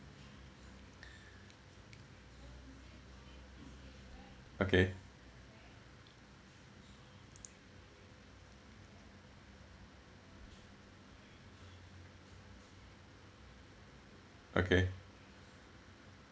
okay okay